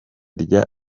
rya